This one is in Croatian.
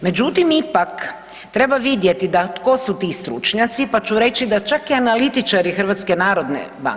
Međutim, ipak treba vidjeti da tko su ti stručnjaci pa ću reći da čak i analitičari HNB-a